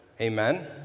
Amen